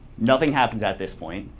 nothing happens at this point,